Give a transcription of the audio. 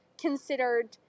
considered